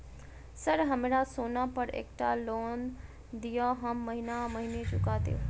Sir हमरा सोना पर एकटा लोन दिऽ हम महीने महीने चुका देब?